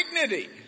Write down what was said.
dignity